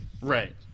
Right